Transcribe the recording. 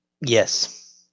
yes